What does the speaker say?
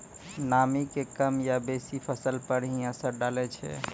नामी के कम या बेसी फसल पर की असर डाले छै?